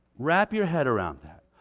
wrap your head around that.